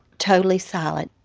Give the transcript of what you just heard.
totally silent,